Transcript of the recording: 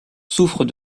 souffre